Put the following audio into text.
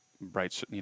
bright